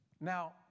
Now